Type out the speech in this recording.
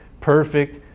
perfect